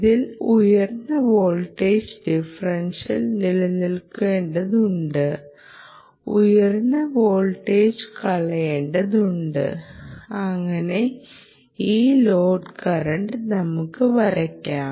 ഇതിന് ഉയർന്ന voltage differential നിലനിർത്തേണ്ടതുണ്ട് ഉയർന്ന വോൾട്ടേജ് കളയേണ്ടതുണ്ട് അങ്ങനെ ഈ ലോഡ് കറന്റ് നമുക്ക് വരയ്ക്കാം